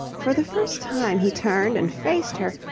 for the first time he turned and faced her,